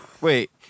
Wait